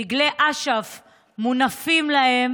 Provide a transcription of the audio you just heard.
דגלי אש"ף מונפים להם